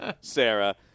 Sarah